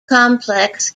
complex